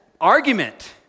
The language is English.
argument